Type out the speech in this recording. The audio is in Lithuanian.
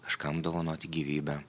kažkam dovanoti gyvybę